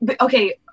Okay